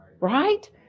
right